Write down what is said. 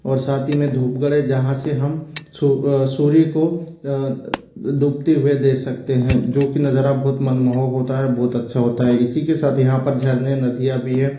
और साथ ही में धूपगढ़ जहाँ से हम सूर्य को डूबते हुए देख सकते हैं जो कि नजारा बहुत मनमोहक होता है और बहुत अच्छा होता है इसी के साथ यहाँ पर झरने नदियाँ भी है